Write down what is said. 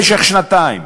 במשך שנתיים,